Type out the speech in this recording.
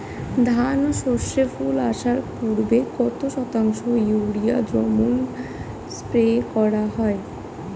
ধান ও সর্ষে ফুল আসার পূর্বে কত শতাংশ ইউরিয়া দ্রবণ স্প্রে করা হয়?